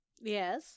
Yes